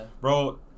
Bro